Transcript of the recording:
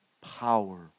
power